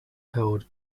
held